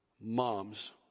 moms